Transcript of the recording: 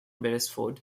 beresford